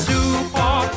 Super